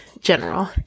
general